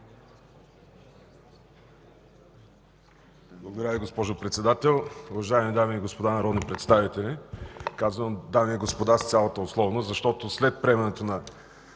Благодаря Ви, госпожо Председател. Уважаеми дами и господа народни представители! Казвам „дами и господа” с цялата условност, защото след приемането на